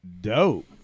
dope